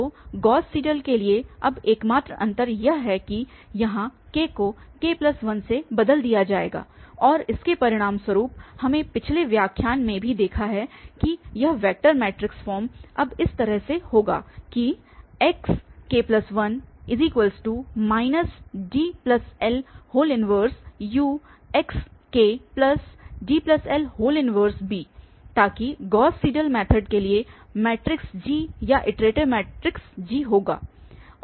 तो Gauss Seidel के लिए अब एकमात्र अंतर यह है की यहाँ k को k1 से बदल दिया जाएगा और इसके परिणामस्वरूप हमने पिछले व्याख्यान में भी देखा है कि यह वेक्टर मैट्रिक्स फॉर्म अब इस तरह से होगा कि xk1 DL 1UxkDL 1b ताकि गॉस सीडल मैथड के लिए मैट्रिक्स G या इटरेटिव मैट्रिक्स G होगा